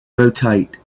rotate